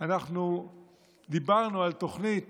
אנחנו דיברנו על תוכנית